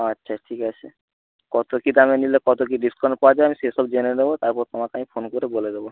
আচ্ছা ঠিক আছে কত কী দামে নিলে কত কী ডিসকাউন্ট পাওয়া যাবে আমি সে সব জেনে নেব তারপর তোমাকে আমি ফোন করে বলে দেবো